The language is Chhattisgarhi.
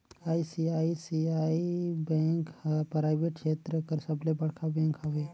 आई.सी.आई.सी.आई बेंक हर पराइबेट छेत्र कर सबले बड़खा बेंक हवे